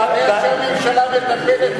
אתה יודע שהממשלה מטפלת,